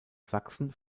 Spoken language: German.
sachsen